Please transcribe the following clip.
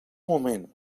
moment